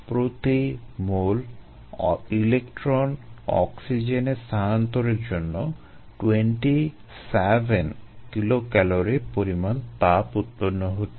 প্রতি mole electron অক্সিজেনে স্থানান্তরের জন্য 27 কিলোক্যালরি পরিমাণ তাপ উৎপন্ন হচ্ছে